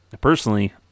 personally